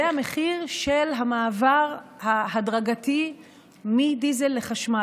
זה המחיר של המעבר ההדרגתי מדיזל לחשמל,